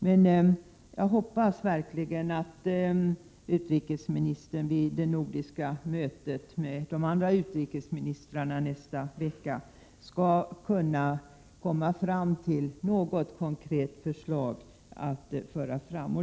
Men jag hoppas verkligen att utrikesministern vid mötet med de andra nordiska utrikesministrarna nästa vecka skall ha något konkret förslag att föra fram.